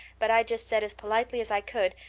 but i just said as politely as i could,